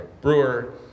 brewer